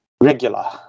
Regular